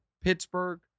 Pittsburgh